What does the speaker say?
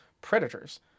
predators